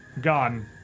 gone